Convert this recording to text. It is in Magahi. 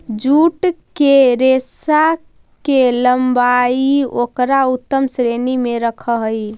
जूट के रेशा के लम्बाई उकरा उत्तम श्रेणी में रखऽ हई